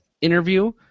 interview